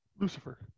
Lucifer